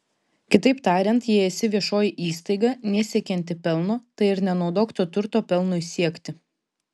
kitaip tariant jei esi viešoji įstaiga nesiekianti pelno tai ir nenaudok to turto pelnui siekti